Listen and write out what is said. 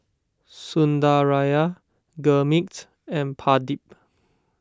Sundaraiah Gurmeet and Pradip